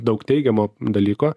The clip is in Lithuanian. daug teigiamo dalyko